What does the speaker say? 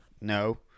No